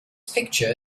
picture